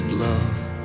love